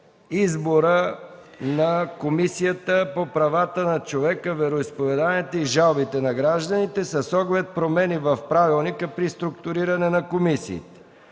избора на Комисията по правата на човека, вероизповеданията и жалбите на гражданите с оглед на промени в правилника при структуриране на комисиите.